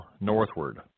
northward